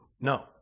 No